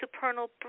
supernal